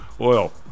Oil